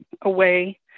away